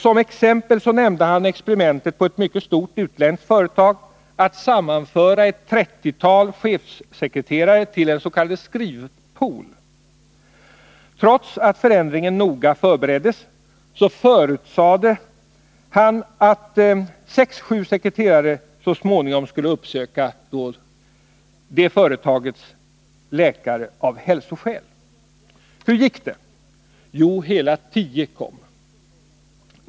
Som exempel nämnde han experimentet på ett mycket stort utländskt företag att sammanföra ett trettiotal chefssekreterare till en s.k. skrivpool. Trots att förändringen noga förbereddes, förutsade han att sex sju sekreterare så småningom av hälsoskäl skulle uppsöka företagets läkare. Hur gick det? Jo, hela tio kom.